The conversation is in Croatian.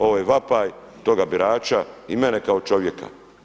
Ovo je vapaj toga birača i mene kao čovjeka.